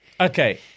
Okay